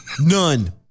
None